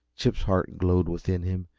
chip's heart glowed within him.